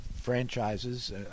franchises